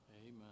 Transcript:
amen